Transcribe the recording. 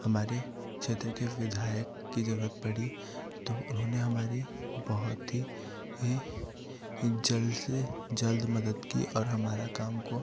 हमारे क्षेत्र के विधायक की जरूरत पड़ी तो उन्होंने हमारी बहुत ही ही जल्द से जल्द मदद की और हमारा काम को